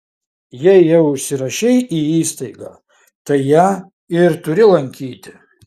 jei jau užsirašei į įstaigą tai ją ir turi lankyti